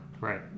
Right